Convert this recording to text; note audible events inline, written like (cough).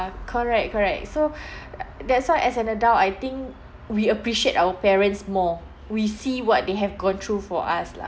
correct correct so (breath) (noise) that's why as an adult I think we appreciate our parents more we see what they have gone through for us lah